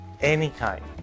anytime